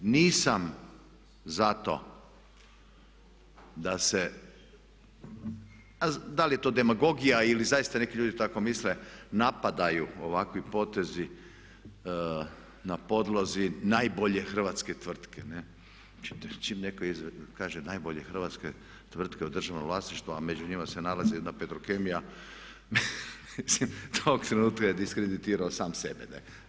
Nisam zato da se, da li je to demagogija ili zaista neki ljudi tako misle napadaju ovakvi potezi na podlozi najbolje hrvatske tvrtke, čim netko kaže najbolje hrvatske tvrtke u državnom vlasništvu a među njima se nalaze jedna Petrokemija, mislim tog trenutka je diskreditirao sam sebe.